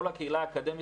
כל הקהילה האקדמית,